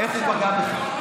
איך הוא פגע בך?